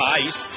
ice